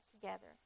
together